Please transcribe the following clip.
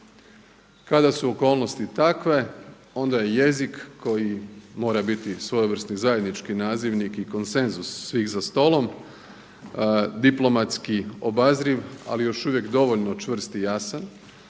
Kada su okolnosti takve onda je jezik koji mora biti svojevrsni zajednički nazivnik i konsenzus svih za stolom diplomatski obazriv, ali još uvijek dovoljno čvrst i jasan